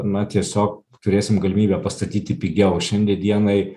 na tiesiog turėsim galimybę pastatyti pigiau šiandie dienai